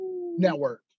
network